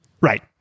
Right